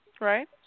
right